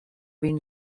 been